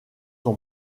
son